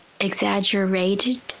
exaggerated